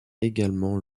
également